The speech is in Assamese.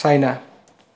চাইনা